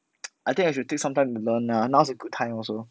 I think I should take some time to learn lah now is a good time also